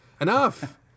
Enough